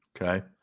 Okay